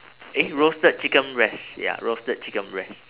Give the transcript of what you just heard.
eh roasted chicken breast ya roasted chicken breast